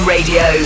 Radio